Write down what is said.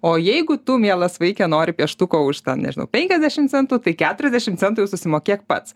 o jeigu tu mielas vaike nori pieštuko už ten nežinau penkiasdešimt centų tai keturiasdešimt centų jau susimokėk pats